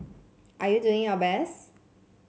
are you doing your best